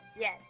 Yes